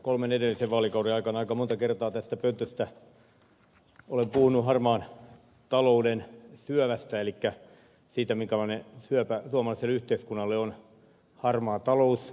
kolmen edellisen vaalikauden aikana aika monta kertaa täältä puhujakorokkeelta olen puhunut harmaan talouden syövästä elikkä siitä minkälainen syöpä suomalaiselle yhteiskunnalle on harmaa talous